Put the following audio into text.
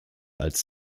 als